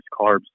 carbs